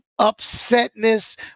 upsetness